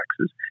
taxes